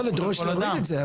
לא לדרוש להוריד את זה,